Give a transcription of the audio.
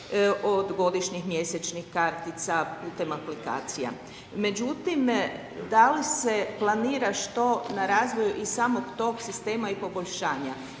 od godišnjih, mjesečnih kartica putem aplikacija. Međutim, da li se planira što na razvoju i samog tog sistema i poboljšanja